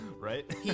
Right